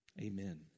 amen